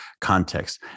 context